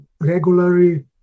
regularly